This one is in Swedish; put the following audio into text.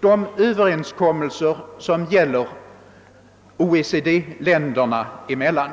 de överenskommelser som gäller OECD-länderna emellan.